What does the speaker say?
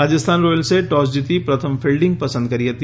રાજસ્થાન રોયલ્સે ટોસ જીતી પ્રથમ ફિલ્ડીંગ પસંદ કરી હતી